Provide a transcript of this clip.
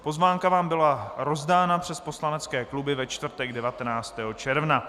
Pozvánka vám byla rozdána přes poslanecké kluby ve čtvrtek 19. června.